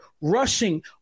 rushing